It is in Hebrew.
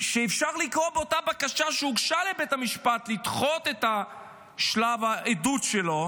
שאפשר לקרוא באותה בקשה שהוגשה לבית המשפט לדחות את שלב העדות שלו,